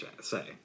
say